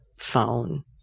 phone